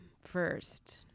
first